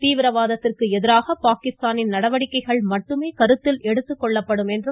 பயங்கரவாதத்திற்கு எதிராக பாகிஸ்தானின் நடவடிக்கைகள் மட்டுமே கருத்தில் எடுத்துக்கொள்ளப்படும் என்றும் திரு